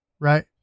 right